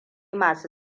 masu